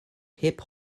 hip